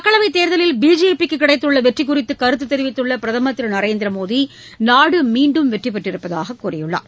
மக்களவைத் தேர்தலில் பிஜேபி க்கு கிடைத்துள்ள வெற்றி குறித்து கருத்து தெரிவித்துள்ள பிரதமர் திரு நரேந்திரமோடி நாடு மீண்டும் வெற்றிபெற்றிருப்பதாகக் கூறியுள்ளார்